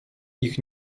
ich